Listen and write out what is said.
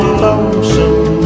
lonesome